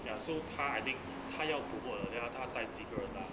ya so 他 I think 他要 promote 了 then 他带几个人 mah